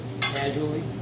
casually